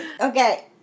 Okay